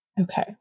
Okay